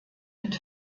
mit